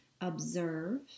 observe